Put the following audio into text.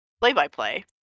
Play-By-Play